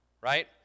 right